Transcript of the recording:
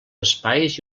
espais